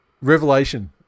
revelation